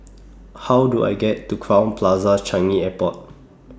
How Do I get to Crowne Plaza Changi Airport